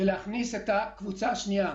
ואחר כך מכניסים את הקבוצה השנייה.